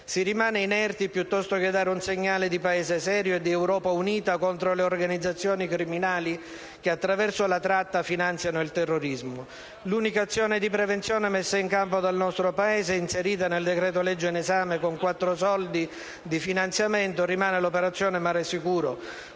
Si rimane inerti, piuttosto che dare un segnale di Paese serio e di Europa unita contro le organizzazioni criminali che, attraverso la tratta, finanziano il terrorismo. L'unica azione di prevenzione messa in campo dal nostro Paese, inserita nel decreto-legge in esame con quattro soldi di finanziamento, rimane l'operazione «Mare sicuro»,